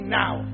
now